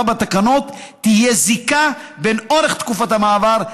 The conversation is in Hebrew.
בתקנות תהיה זיקה בין משך תקופת המעבר,